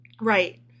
right